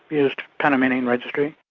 used panamanian registry.